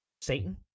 Satan